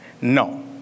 no